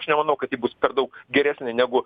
aš nemanau kad bus per daug geresnė negu